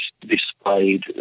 displayed